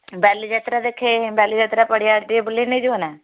ବାଲିଯାତ୍ରା ଦେଖେଇ ବାଲିଯାତ୍ରା ପଡ଼ିଆ ଆଡ଼େ ଟିକେ ବୁଲେଇ ନେଇଯିବ ନା